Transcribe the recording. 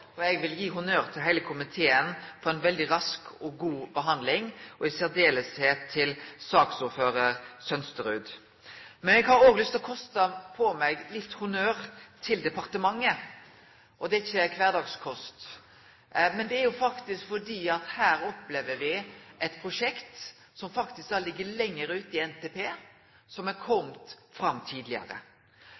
Eg vil gi honnør til heile komiteen for veldig rask og god behandling, og særleg til saksordførar Sønsterud. Men eg har òg lyst til å koste på meg å gi litt honnør til departementet. Det er ikkje kvardagskost. Det er fordi at her opplever me at eit prosjekt som faktisk har lege lenger ute i NTP, har kome fram tidlegare.